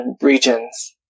regions